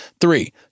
Three